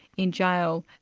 in jail,